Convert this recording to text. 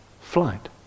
flight